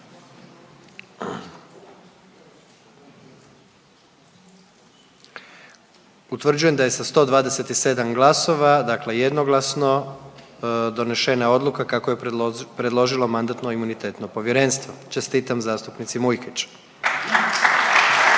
Utvrđujem da je sa 127 glasova dakle jednoglasno donešena odluka kako ju je predložilo MIP. Čestitam zastupnici Mujkić